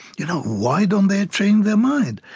you know why don't they change their mind?